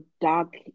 dark